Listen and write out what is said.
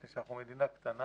מכיוון שאנחנו מדינה קטנה,